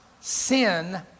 sin